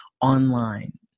online